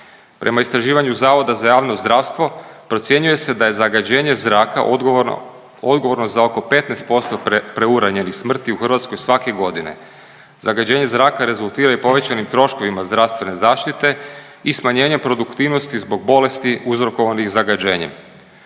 Prema istraživanju Zavoda za javno zdravstvo procjenjuje se da je zagađenje zraka odgovorno, odgovorno za oko 15% preuranjenih smrti u Hrvatskoj svake godine. Zagađenje zraka rezultira i povećanim troškovima zdravstvene zaštite i smanjenjem produktivnosti zbog bolesti uzrokovanih zagađenjem.